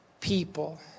people